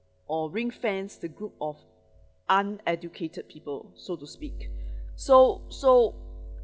or ring fence the group of uneducated people so to speak so so